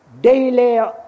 daily